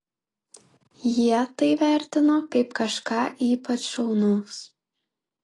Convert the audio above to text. jie tai vertino kaip kažką ypač šaunaus